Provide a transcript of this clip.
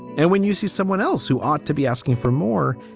and when you see someone else who ought to be asking for more,